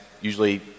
usually